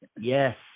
Yes